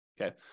okay